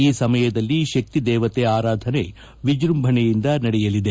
ಈ ಸಮಯದಲ್ಲಿ ಶಕ್ತಿ ದೇವತೆ ಆರಾಧನೆ ವಿಜ್ಬಂಭಷೆಯಿಂದ ನಡೆಯಲಿದೆ